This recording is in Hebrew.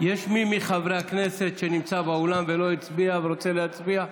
יש מי מחברי הכנסת שנמצא באולם ולא הצביע ורוצה להצביע?